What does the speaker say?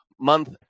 month